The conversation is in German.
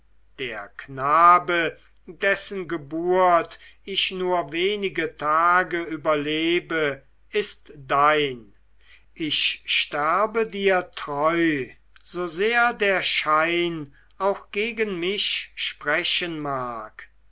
der knabe dessen geburt ich nur wenige tage überlebe ist dein ich sterbe dir treu so sehr der schein auch gegen mich sprechen mag